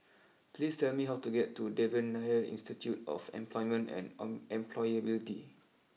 please tell me how to get to Devan Nair Institute of Employment and Employability